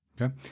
Okay